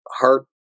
heart